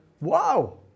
Wow